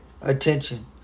attention